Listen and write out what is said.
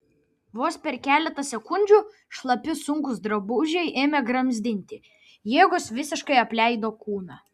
vos per keletą sekundžių šlapi sunkūs drabužiai ėmė gramzdinti jėgos visiškai apleido kūną